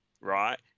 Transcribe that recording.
right